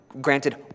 granted